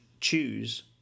choose